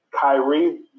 Kyrie